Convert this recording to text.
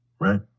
Right